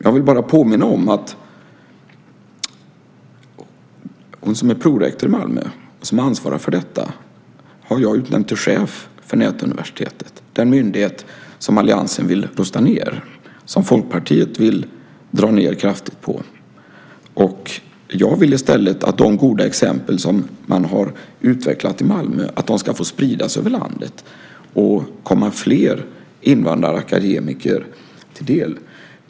Jag vill bara påminna om att jag har utnämnt prorektorn i Malmö som ansvarar för detta till chef för Nätuniversitetet, den myndighet som alliansen vill rusta ned, som Folkpartiet vill dra ned kraftigt på. Jag vill i stället att de goda exempel som har utvecklats i Malmö ska få spridas över landet och komma fler invandrarakademiker till del.